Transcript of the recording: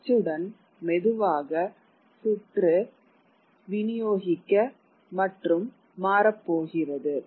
அச்சுடன் மெதுவாக சுற்று விநியோகிக்க மற்றும் மாற போகிறது